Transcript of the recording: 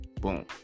Boom